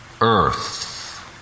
earth